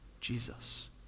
Jesus